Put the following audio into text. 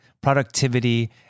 productivity